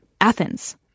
Athens